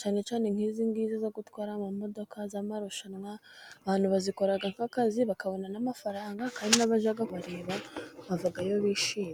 cyane cyane nk'izi ngizi zo gutwara imodoka z'amarushanwa. Abantu bazikora nk'akazi bakabona n'amafaranga, kandi n'abajya kubareba, bavayo bishimye.